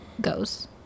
goes